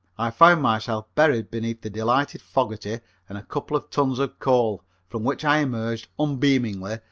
i found myself buried beneath the delighted fogerty and a couple of tons of coal, from which i emerged unbeamingly,